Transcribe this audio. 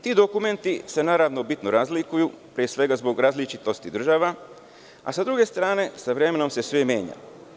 Ti dokumenti se, naravno, bitno razlikuju, pre svega, zbog različitosti država, a sa druge strane sa vremenom se sve menja.